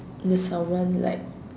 there's someone like